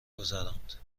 گذراند